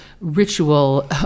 Ritual